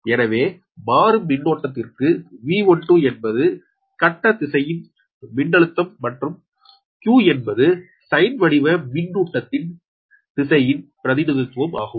எனவே மாறு மின்னோட்டத்திற்கு V12 என்பது கட்ட திசையன் மின்னழுத்தம் மற்றும் q என்பது சைன் வடிவ மின்னூட்டத்தின் திசையன் பிரதிநிதித்துவம் ஆகும்